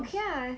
okay ah